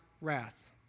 wrath